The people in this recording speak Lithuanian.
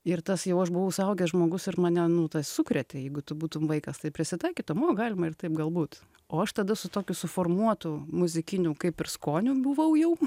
ir tas jau aš buvau suaugęs žmogus ir mane nu tas sukrėtė jeigu tu būtum vaikas tai prisitaikytum o galima ir taip galbūt o aš tada su tokiu suformuotu muzikiniu kaip ir skoniu buvau jau